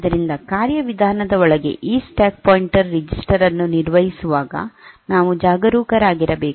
ಆದ್ದರಿಂದ ಕಾರ್ಯವಿಧಾನದ ಒಳಗೆ ಈ ಸ್ಟ್ಯಾಕ್ ಪಾಯಿಂಟರ್ ರಿಜಿಸ್ಟರ್ ಅನ್ನು ನಿರ್ವಹಿಸುವಾಗ ನಾವು ಜಾಗರೂಕರಾಗಿರಬೇಕು